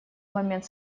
момент